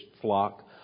flock